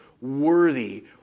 worthy